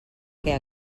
que